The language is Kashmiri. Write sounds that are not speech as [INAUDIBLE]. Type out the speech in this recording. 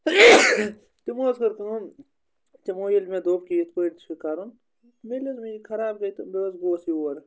تِمو حظ کٔر کٲم تِمو ییٚلہِ مےٚ دوٚپ کہِ یِتھ پٲٹھۍ چھُ کَرُن ییٚلہِ [UNINTELLIGIBLE] یہِ خراب گٔے تہٕ بہٕ حظ گوس یور